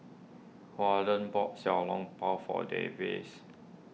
Wardell bought Xiao Long Bao for Davies